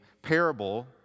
Parable